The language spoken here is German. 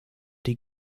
die